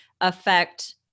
affect